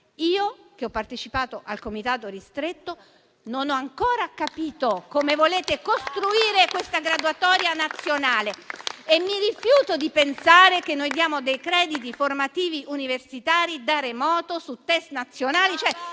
Io, che ho partecipato al comitato ristretto, non ho ancora capito come volete costruire questa graduatoria nazionale. E mi rifiuto di pensare che noi diamo dei crediti formativi universitari da remoto su test nazionali.